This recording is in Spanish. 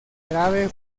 grave